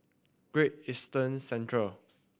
Great Eastern Centre